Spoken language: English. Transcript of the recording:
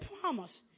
promise